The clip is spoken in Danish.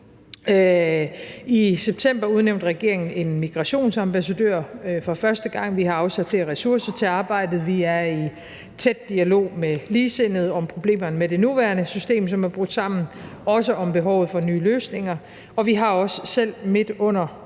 I september udnævnte regeringen en migrationsambassadør for første gang. Vi har afsat flere ressourcer til arbejdet. Vi er i tæt dialog med ligesindede om problemerne med det nuværende system, som er brudt sammen, og også om behovet for nye løsninger, og vi har også selv midt under